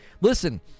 Listen